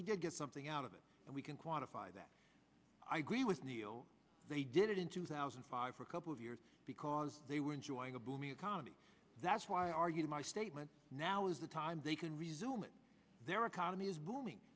we did get something out of it and we can quantify that i agree with neal they did it in two thousand and five for couple of years because they were enjoying a booming economy that's why argue my statement now is the time they can resume in their economy is booming